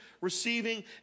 receiving